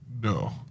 No